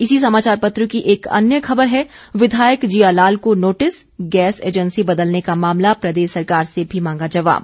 इसी समाचार पत्र की एक अन्य खबर है विघायक जिया लाल को नोटिस गैस एजेंसी बदलने का मामला प्रदेश सरकार से भी मांगा जवाब